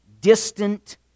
distant